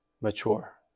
mature